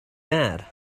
mad